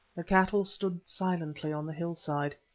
the cattle stood silently on the hillside,